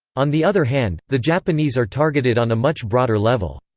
on the other hand, the japanese are targeted on a much broader level.